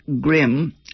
grim